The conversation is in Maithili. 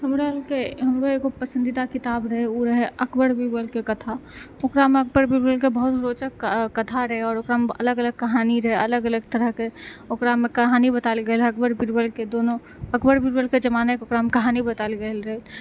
हमरा एगो पसन्दीदा किताब रहै उ रहै अकबर बिरबलके कथा ओकरामे अकबर बिरबलके बहुत रोचक कथा रहै ओकरामे अलग अलग कहानी रहै अलग अलग तरहकेँ ओकरामे कहानी बतायल गेल रहै अकबर बिरबलके दोनो अकबर बिरबलके जमानेके ओकरामे कहानी बतायल गेल रहै